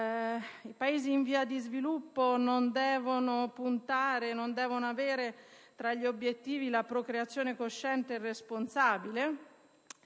I Paesi in via di sviluppo non devono avere tra gli obiettivi la procreazione cosciente e responsabile?